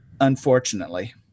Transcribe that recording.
unfortunately